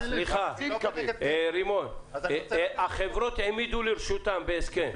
--- סליחה, החברות מעמידות לרשותם בהסכם.